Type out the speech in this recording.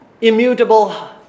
immutable